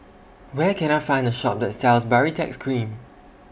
Where Can I Find A Shop that sells Baritex Cream